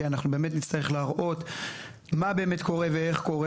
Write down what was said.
כי נצטרך להראות מה קורה ואיך קורה